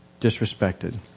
disrespected